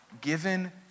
given